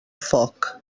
foc